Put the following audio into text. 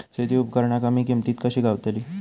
शेती उपकरणा कमी किमतीत कशी गावतली?